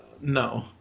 No